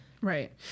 Right